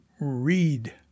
read